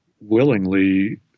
willingly